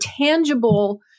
tangible